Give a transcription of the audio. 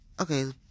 okay